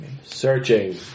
searching